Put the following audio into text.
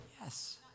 Yes